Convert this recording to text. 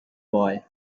boy